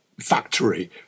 Factory